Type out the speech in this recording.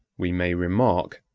we may remark,